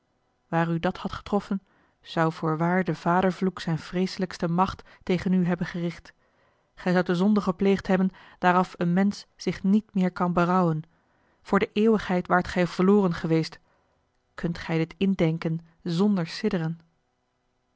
waar u dat had getroffen zou voorwaar de vadervloek zijn vreeselijkste macht tegen u hebben gericht gij zoudt de zonde gepleegd hebben daar af een mensch zich niet meer kan berouwen voor de eeuwigheid waart gij verloren geweest kunt gij dit indenken zonder